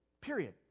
Period